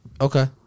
okay